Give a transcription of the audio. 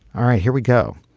all right here we go.